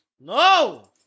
no